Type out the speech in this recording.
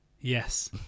Yes